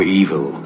evil